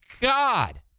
God